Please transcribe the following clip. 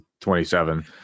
27